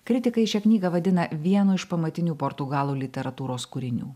kritikai šią knygą vadina vienu iš pamatinių portugalų literatūros kūrinių